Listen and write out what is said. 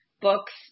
books